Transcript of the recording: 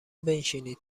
بنشینید